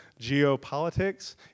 geopolitics